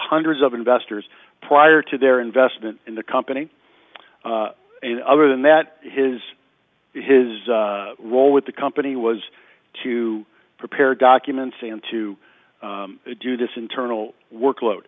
hundreds of investors prior to their investment in the company and other than that his his role with the company was to prepare documents and to do this internal workload